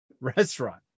restaurant